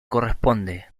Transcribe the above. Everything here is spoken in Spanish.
corresponde